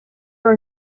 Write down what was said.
are